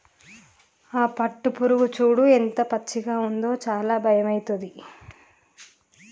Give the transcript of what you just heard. ఆ పట్టుపురుగు చూడు ఎంత పచ్చగా ఉందో చాలా భయమైతుంది